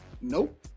Nope